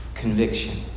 conviction